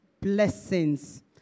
blessings